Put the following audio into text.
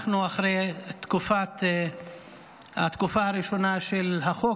אנחנו אחרי התקופה הראשונה של החוק,